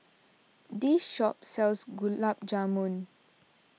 this shop sells Gulab Jamun